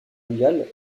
mondiale